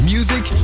Music